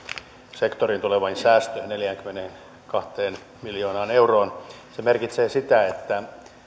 sektoriin tuleviin säästöihin neljäänkymmeneenkahteen miljoonaan euroon se merkitsee sitä että